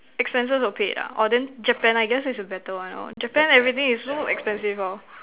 expenses all paid ah orh then Japan I guess is a better one lor Japan everything is so expensive lor